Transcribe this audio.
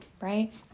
Right